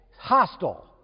hostile